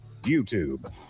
youtube